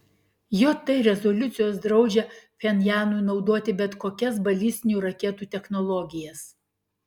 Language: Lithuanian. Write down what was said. jt rezoliucijos draudžia pchenjanui naudoti bet kokias balistinių raketų technologijas